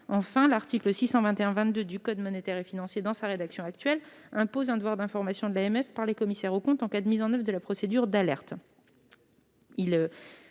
Enfin, l'article L. 621-22 du code monétaire et financier, dans sa rédaction actuelle, impose un devoir d'information de l'AMF par les commissaires aux comptes en cas de mise en oeuvre de la procédure d'alerte.